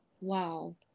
wow